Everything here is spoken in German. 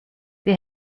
wir